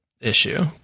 issue